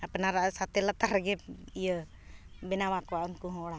ᱟᱯᱱᱟᱨᱟᱜ ᱥᱟᱛᱮ ᱞᱟᱛᱟᱨ ᱨᱮᱜᱮᱢ ᱤᱭᱟᱹ ᱵᱮᱱᱟᱣᱟᱠᱚᱣᱟ ᱩᱱᱠᱩ ᱦᱚᱸ ᱚᱲᱟᱜ